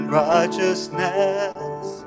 righteousness